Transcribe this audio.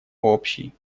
общий